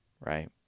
right